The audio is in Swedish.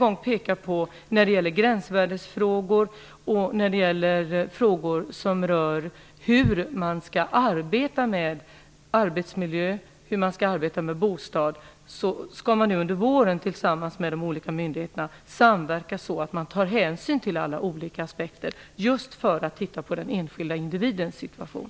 När det gäller frågor om gränsvärden och om hur man skall arbeta med arbetsmiljö och bostäder vill jag än en gång peka på att man under våren skall samverka med de olika myndigheterna så att man tar hänsyn till alla olika aspekter just för att se över den enskilda individens situation.